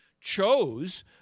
chose